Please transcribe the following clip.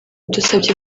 dusabye